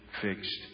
fixed